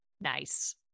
Nice